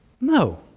No